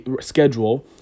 schedule